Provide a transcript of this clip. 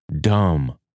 dumb